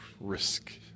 Risk